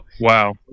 wow